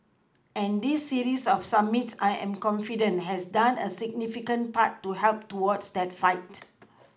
and this series of summits I am confident has done a significant part to help towards that fight